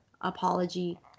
apology